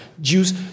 Jews